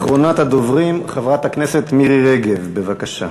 אחרונת הדוברים, חברת הכנסת מירי רגב, בבקשה.